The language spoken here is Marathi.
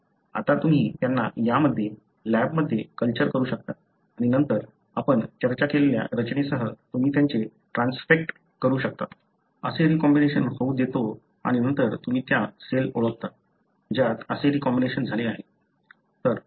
आता तुम्ही त्यांना यामध्ये लॅबमध्ये कल्चर करू शकता आणि नंतर आपण चर्चा केलेल्या रचनेसह तुम्ही त्यांचे ट्रान्सफेक्ट करू शकता असे रीकॉम्बिनेशन होऊ देतो आणि नंतर तुम्ही त्या सेल ओळखता ज्यात असे रीकॉम्बिनेशन झाले आहे